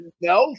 No